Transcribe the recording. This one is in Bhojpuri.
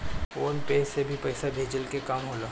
फ़ोन पे से भी पईसा भेजला के काम होला